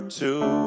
two